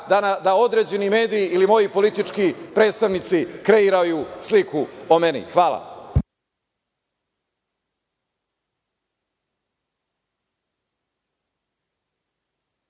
da određeni mediji ili moji politički predstavnici kreiraju sliku o meni. Hvala.